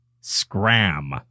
Scram